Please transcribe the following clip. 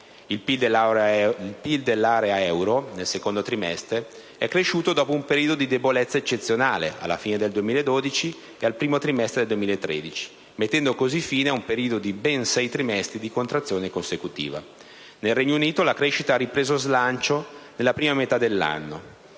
Il PIL dell'area euro, nel secondo trimestre, è cresciuto dopo un periodo di debolezza eccezionale, alla fine del 2012 e al primo trimestre del 2013, mettendo così fine a un periodo di ben sei trimestri di contrazione consecutiva. Nel Regno Unito, la crescita ha ripreso slancio nella prima metà dell'anno.